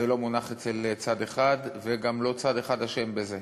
זה לא מונח אצל צד אחד, וגם לא צד אחד אשם בזה.